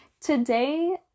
Today